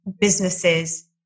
businesses